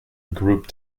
group